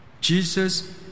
Jesus